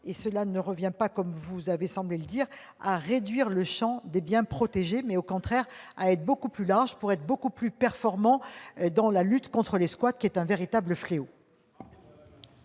Cela ne revient pas, comme vous avez semblé le dire, à réduire le champ des biens protégés, mais au contraire à l'élargir, afin d'être beaucoup plus performant dans la lutte contre les squats, qui constituent un véritable fléau.